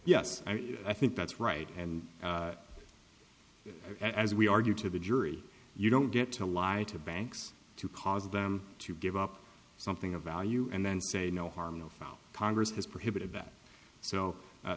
yes i think that's right and as we argue to the jury you don't get to lie to banks to cause them to give up something of value and then say no harm no foul congress has prohibited that so